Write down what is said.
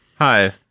Hi